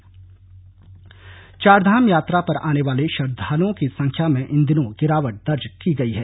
चारधाम यात्रा चारधाम यात्रा पर आने वाले श्रद्धालुओं की संख्या में इन दिनों गिरावट दर्ज की गई है